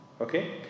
Okay